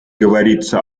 говорится